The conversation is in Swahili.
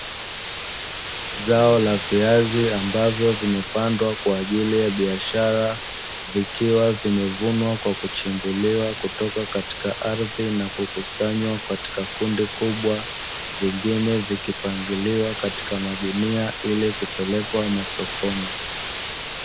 Zao la viazi ambavyo vimepandwa kwa ajili ya biashara, vikiwa vimevunwa kwa kuchimbuliwa kutoka katika ardhi na kukusanywa katika kundi kubwa, vyengine vikipangiliwa katika magunia ili kupelekwa masokoni.